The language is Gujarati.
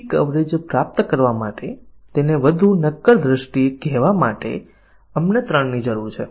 આપણે કન્ડિશન કવરેજ કરવું પડે છે જેને બહુવિધ શરત કવરેજ પણ કહેવામાં આવે છે